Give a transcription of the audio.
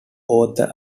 arthur